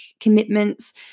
commitments